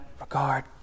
regard